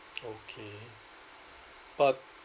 okay but